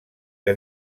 que